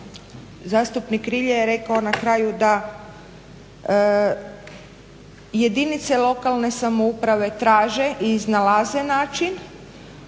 zastupnik Rilje je rekao na kraju da jedinice lokalne samouprave traže i iznalaze način